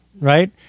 right